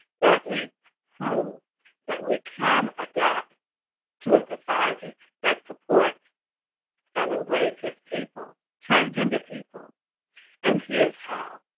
that leap proves that we can adapt to a society that supports and embraces people transgender people and here's how.